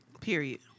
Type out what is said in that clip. Period